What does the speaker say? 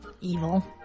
Evil